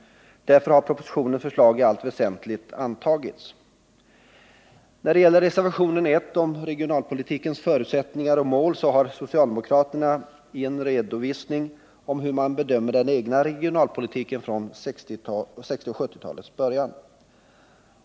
Därför har propositionens förslag i allt väsentligt tillstyrkts. När det gäller reservationen 1 om regionalpolitikens förutsättningar och mål har socialdemokraterna i den en redovisning av hur man bedömer den egna regionalpolitiken från 1960 och 1970-talens början.